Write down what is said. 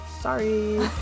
Sorry